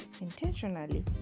intentionally